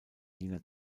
jener